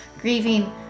grieving